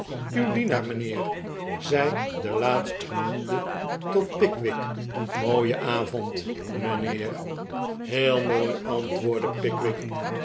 uw dienaar mijnheer zei laatstgenoemde tot pickwick mooie avond mijnheer heel mooi antwoordde pickwick